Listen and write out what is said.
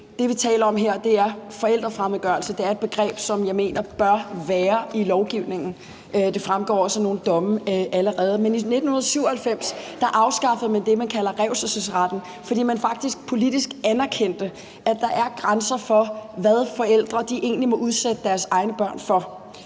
Det, vi taler om her, er forældrefremmedgørelse, og det er et begreb, som jeg mener bør være i lovgivningen. Det fremgår også af nogle domme allerede. Men i 1997 afskaffede man det, man kalder revselsesretten, fordi man faktisk politisk anerkendte, at der er grænser for, hvad forældre egentlig må udsætte deres egne børn for.